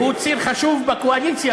הוא ציר חשוב בקואליציה,